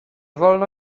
wolno